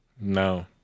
No